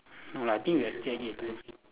no lah I think we can still eat